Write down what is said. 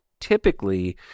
typically